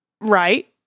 Right